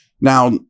Now